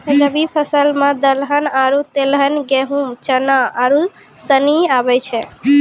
रवि फसल मे दलहन आरु तेलहन गेहूँ, चना आरू सनी आबै छै